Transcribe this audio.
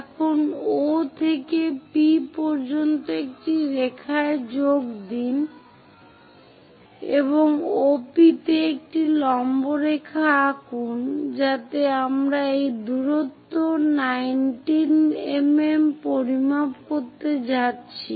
এখন O থেকে P পর্যন্ত একটি রেখায় যোগ দিন এবং OP তে একটি লম্ব রেখা আঁকুন যাতে আমরা এই দূরত্ব 19 mm পরিমাপ করতে যাচ্ছি